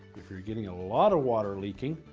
if you're getting a lot of water leaking,